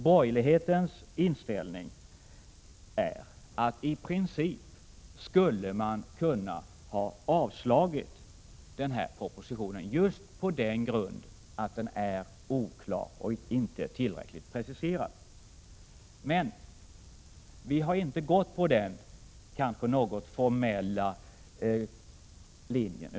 Borgerlighetens inställning är att man i princip kunde ha avslagit propositionen just på den grunden att den är oklar och inte tillräckligt preciserad. Men vi har inte gått på den kanske något formella linjen.